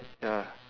ya